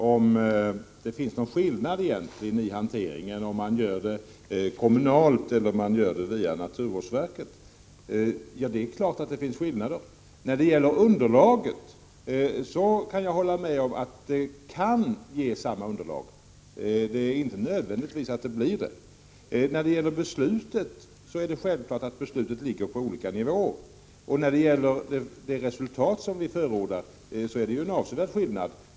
Fru talman! Jan Fransson frågade om det blir någon egentlig skillnad om hanteringen sker kommunalt eller via naturvårdsverket. Ja, det är klart att det blir skillnad. Jag kan hålla med om att det kan ge samma underlag. Men det blir inte nödvändigtvis så. Beslutet ligger självfallet på olika nivåer. När det gäller det resultat som vi förordar är det en avsevärd skillnad.